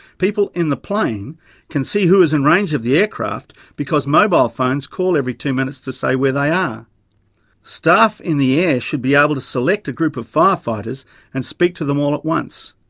people in the plane can see who is in range of the aircraft because mobile phones call every two minutes to say where they are. staff in the air should be able to select a group of fire fighters and speak to them all at once.